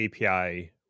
API